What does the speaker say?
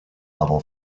level